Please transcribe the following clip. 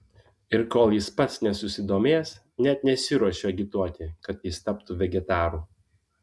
ir kol jis pats nesusidomės net nesiruošiu agituoti kad jis taptų vegetaru